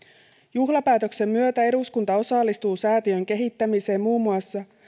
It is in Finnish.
juhlapäätöksen myötä eduskunta osallistuu säätiön kehittämiseen muun muassa